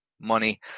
money